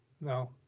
No